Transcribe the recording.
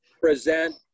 present